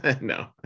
No